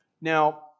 Now